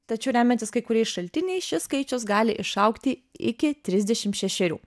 tačiau remiantis kai kuriais šaltiniais šis skaičius gali išaugti iki trisdešimt šešerių